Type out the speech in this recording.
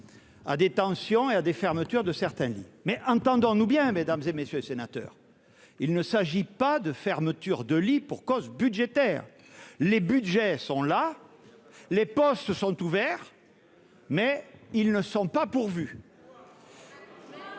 intervention sont parfaitement exacts. Mais entendons-nous bien, mesdames, messieurs les sénateurs, il ne s'agit pas de fermetures de lits pour cause budgétaire. Les budgets sont là, les postes sont ouverts, mais ils ne sont pas pourvus